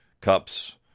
cups